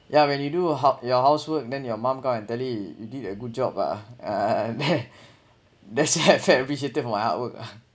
yeah when you do a hug~ your housework then your mum come and tell you did a good job ah there there's you had appriciated from my hard work lah